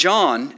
John